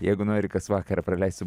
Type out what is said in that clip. jeigu nori kas vakarą praleist su